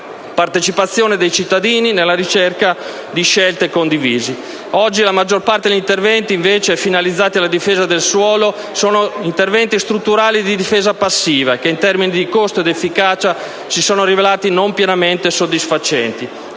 partecipazione dei cittadini nella ricerca di scelte condivise. Oggi la maggior parte degli interventi finalizzati alla difesa del suolo è costituita da interventi strutturali di difesa passiva, che in termini di costo ed efficacia si sono rivelati non pienamente soddisfacenti.